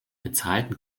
bezahlten